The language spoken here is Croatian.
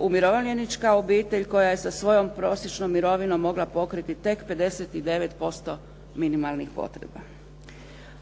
umirovljenička obitelj koja je sa svojom prosječnom mirovinom mogla pokriti tek 59% minimalnih potreba.